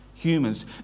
Humans